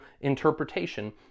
interpretation